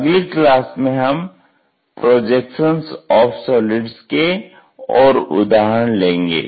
अगली क्लास में हम प्रोजेक्शन्स ऑफ़ सॉलिड्स के और उदाहरण लेंगे